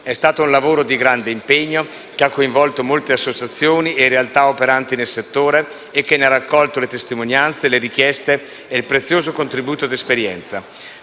È stato un lavoro di grande impegno, che ha coinvolto molte associazioni e realtà operanti nel settore e che ne ha raccolto le testimonianze, le richieste e il prezioso contributo d'esperienza.